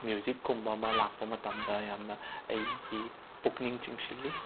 ꯃ꯭ꯌꯨꯖꯤꯛꯀꯨꯝꯕ ꯑꯃ ꯂꯥꯛꯄ ꯃꯇꯝꯗ ꯌꯥꯝꯅ ꯑꯩꯒꯤ ꯄꯨꯛꯅꯤꯡ ꯆꯤꯡꯁꯤꯜꯂꯤ